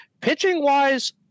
Pitching-wise